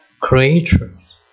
creatures